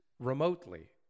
Remotely